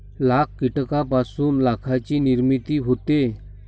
लाख कीटकांपासून लाखाची निर्मिती होते